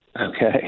Okay